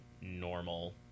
normal